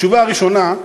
התשובה הראשונה,